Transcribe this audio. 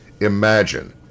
Imagine